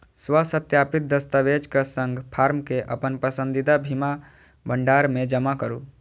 स्वसत्यापित दस्तावेजक संग फॉर्म कें अपन पसंदीदा बीमा भंडार मे जमा करू